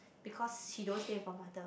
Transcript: because she don't stay with her mother